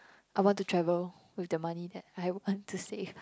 I want to travel with the money that I want to save